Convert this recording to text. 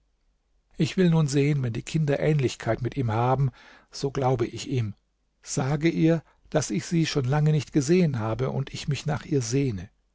ich will nun sehen wenn die kinder ähnlichkeit mit ihm haben so glaube ich ihm sage ihr daß ich sie schon lange nicht gesehen habe und ich mich nach ihr sehne